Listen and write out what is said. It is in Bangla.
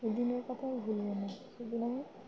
এদিনের কথা আমি ভুলব না সেদিন আমি